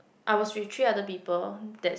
I was with three other people that's